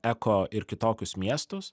eko ir kitokius miestus